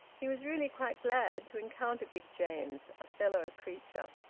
he was really quite glad to encounter big james, a fellow-creature.